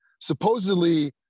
supposedly